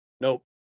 Nope